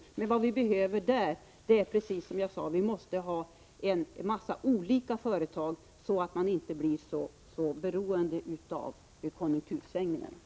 Vad vi emellertid behöver där är, precis som jag sade tidigare, många olika företag så att man inte blir så beroende av konjunktursvängningarna.